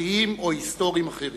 חינוכיים או היסטוריים, אחרים.